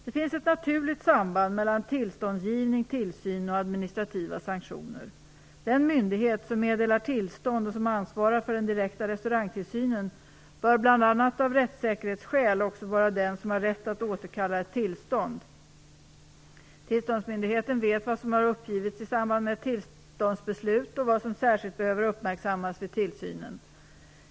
Det finns ett naturligt samband mellan tillståndsgivning, tillsyn och administrativa sanktioner. Den myndighet som meddelar tillstånd och som ansvarar för den direkta restaurangtillsynen bör bl.a. av rättssäkerhetsskäl också vara den som har rätt att återkalla ett tillstånd. Tillståndsmyndigheten vet vad som har uppgivits i samband med ett tillståndsbeslut och vad som särskilt behöver uppmärksammas vid tillsynen.